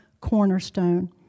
cornerstone